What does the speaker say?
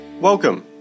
Welcome